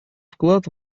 вклад